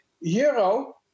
Euro